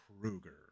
Krueger